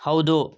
ಹೌದು